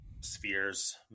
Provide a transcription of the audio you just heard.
spheres